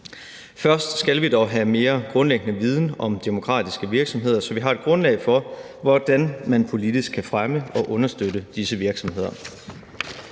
Først skal vi dog have en mere grundlæggende viden om demokratiske virksomheder, så vi har et grundlag for, hvordan man politisk kan fremme og understøtte disse virksomheder.